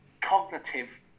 cognitive